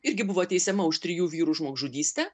irgi buvo teisiama už trijų vyrų žmogžudystę